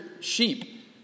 sheep